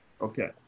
Okay